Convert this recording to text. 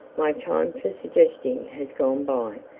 my time for suggesting has gone by.